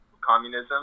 communism